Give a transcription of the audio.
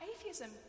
atheism